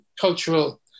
cultural